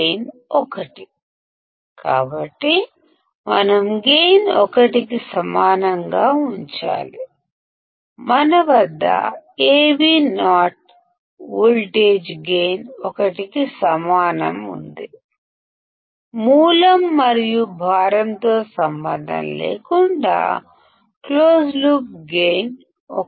gain ఒకటి కాబట్టి మనం గైన్ ఒకటి కి సమానం చేయాలి మన వద్ద Avo వోల్టేజ్ గైన్ ఒకటి కి సమానం ఉందిసోర్స్ లేదా లోడ్ ఏమైనప్పటికీ క్లోస్డ్ లూప్ గైన్ ఒకటి